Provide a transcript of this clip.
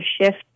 shift